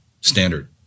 standard